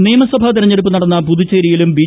പുതുച്ചേരി നിയമസഭാ തെരഞ്ഞെടുപ്പ് നടന്ന പുതുച്ചേരിയിലും ബി